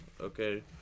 Okay